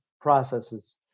processes